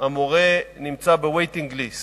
המורה נמצא ב-waiting list,